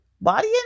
body